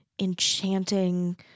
enchanting